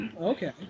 Okay